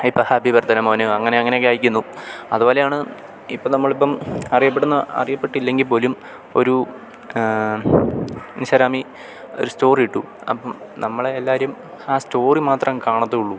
ഇപ്പം happy birthday മോനു അങ്ങനെ അങ്ങനെയൊക്കെ അയക്കുന്നു അതുപോലെയാണ് ഇപ്പം നമ്മളിപ്പം അറിയപ്പെടുന്ന അറിയപ്പെട്ടില്ലെങ്കിൽ പോലും ഒരു ഇന്സ്റ്റാഗ്രാമിൽ ഒരു സ്റ്റോറി ഇട്ടു അപ്പം നമ്മളെ എല്ലാവരും ആ സ്റ്റോറി മാത്രം കാണത്തുള്ളു